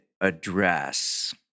Address